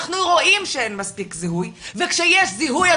אנחנו רואים שאין מספיק זיהוי וכשיש זיהוי,